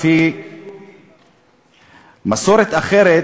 מסורת אחרת